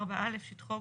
(4א) שטחו,